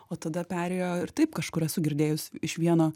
o tada perėjo ir taip kažkur esu girdėjus iš vieno